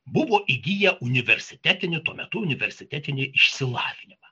buvo įgiję universitetinį tuo metu universitetinį išsilavinimą